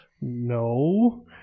no